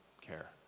care